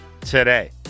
today